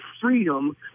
freedom